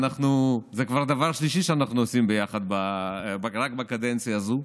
זה כבר דבר שלישי שאנחנו עושים ביחד רק בקדנציה הזו.